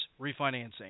refinancing